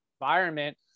environment